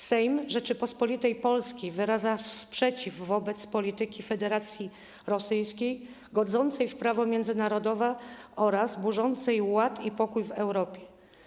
Sejm Rzeczypospolitej Polskiej wyraża sprzeciw wobec polityki Federacji Rosyjskiej, godzącej w prawo międzynarodowe oraz burzącej ład i pokój w Europie.